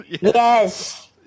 Yes